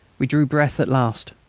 we drew breath at last.